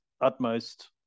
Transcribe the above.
utmost